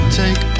take